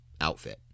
outfit